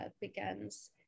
begins